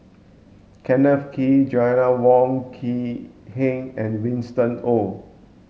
Kenneth Kee Joanna Wong Quee Heng and Winston Oh